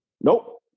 Nope